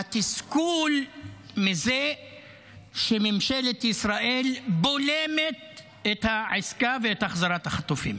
והתסכול מזה שממשלת ישראל בולמת את העסקה ואת החזרת החטופים